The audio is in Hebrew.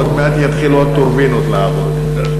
עוד מעט יתחילו הטורבינות לעבוד.